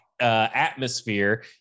atmosphere